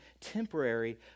temporary